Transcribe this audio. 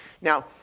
Now